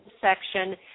section